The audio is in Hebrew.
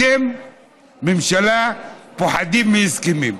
אתם בממשלה פוחדים מהסכמים.